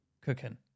cooking